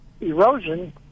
erosion